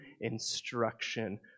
instruction